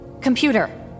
Computer